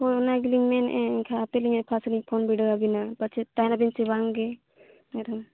ᱦᱳᱭ ᱚᱱᱟ ᱜᱮᱞᱤᱧ ᱢᱮᱱᱮᱫᱼᱟ ᱮᱱᱠᱷᱟᱱ ᱦᱟᱯᱮ ᱞᱤᱧ ᱯᱷᱟᱥᱞᱤᱧ ᱯᱷᱳᱱ ᱵᱤᱰᱟᱹᱣ ᱟᱵᱮᱱᱟ ᱯᱟᱪᱷᱮ ᱛᱟᱦᱮᱸ ᱱᱟᱵᱮᱱ ᱥᱮ ᱵᱟᱝ ᱜᱮ ᱟᱨᱦᱚᱸ